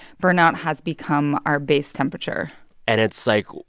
burnout has become our base temperature and it's, like,